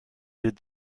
did